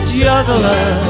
juggler